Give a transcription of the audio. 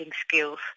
skills